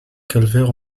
calvaire